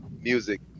music